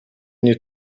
nie